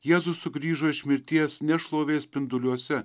jėzus sugrįžo iš mirties ne šlovės spinduliuose